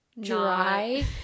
dry